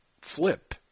flip